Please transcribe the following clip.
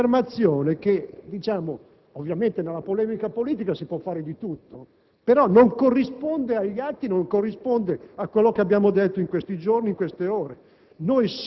Questo è quello che cercheremo di fare, ma non potete accusarci di riproporre i tagli orizzontali, perché non è vero e non è scritto da nessuna parte.